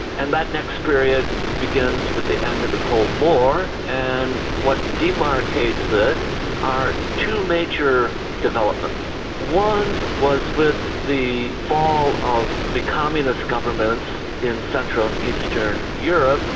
and that next period begins with the end of the cold war, and what demarcates it are two major developments one was with the fall of the communist governments in central and eastern europe,